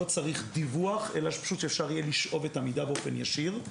לא צריך דיווח אלא פשוט שאפשר יהיה לשאוב את המידע באופן ישיר.